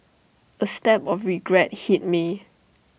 A stab of regret hit me